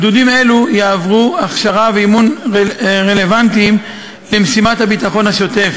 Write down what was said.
גדודים אלו יעברו הכשרה ואימון רלוונטיים למשימות הביטחון השוטף